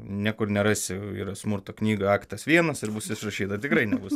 niekur nerasi yra smurto knyga aktas vienas ir bus užrašyta tikrai nebus